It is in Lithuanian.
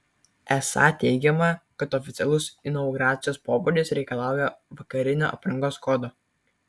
esą teigiama kad oficialus inauguracijos pobūdis reikalauja vakarinio aprangos kodo